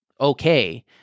okay